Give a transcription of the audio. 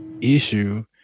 issue